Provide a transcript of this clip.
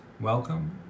welcome